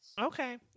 Okay